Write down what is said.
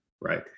right